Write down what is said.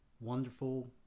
wonderful